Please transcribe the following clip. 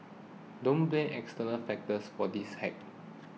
don't blame external factors for this hack